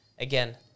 Again